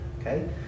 okay